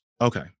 Okay